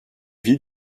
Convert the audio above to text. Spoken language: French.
vie